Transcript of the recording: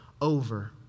over